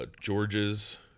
George's